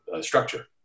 structure